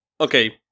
okay